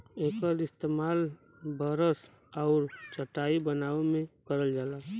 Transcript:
एकर इस्तेमाल बरस आउर चटाई बनाए में करल जाला